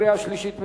קריאה שלישית.